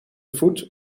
voet